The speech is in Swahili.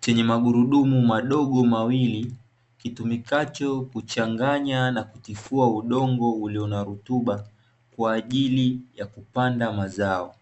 chenye magurudumu madogo mawili, kitumikacho kuchanganya na kutifua udongo ulio na rutuba, kwa ajili ya kupanda mazao.